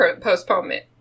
postponement